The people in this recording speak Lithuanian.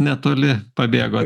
netoli pabėgo